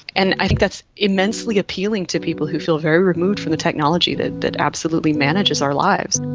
and i think that's immensely appealing to people who feel very removed from the technology that that absolutely manages our lives.